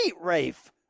Rafe